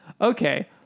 Okay